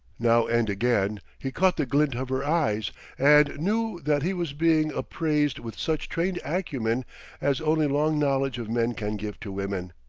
now and again he caught the glint of her eyes and knew that he was being appraised with such trained acumen as only long knowledge of men can give to women.